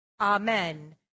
Amen